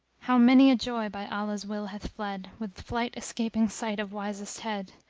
how many a joy by allah's will hath fled with flight escaping sight of wisest head!